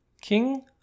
King